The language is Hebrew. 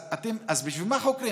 אז בשביל מה חוקרים?